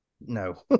No